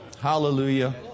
Hallelujah